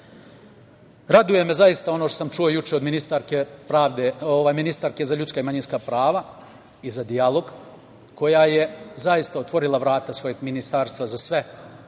me, zaista, ono što sam čuo od ministarke za ljudska i manjinska prava i za dijalog, koja je zaista otvorila vrata svog ministarstva za sve